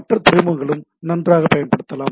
மற்ற துறைமுகங்களும் நன்றாகப் பயன்படுத்தப்படலாம்